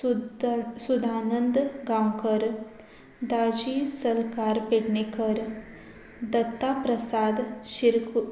सुद सुदानंद गांवकर दाजी सलकार पेडणेकर दत्ता प्रसाद शिरकू